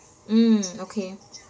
mm okay